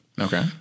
Okay